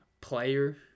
player